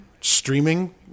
streaming